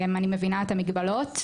אני מבינה את המגבלות.